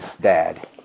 dad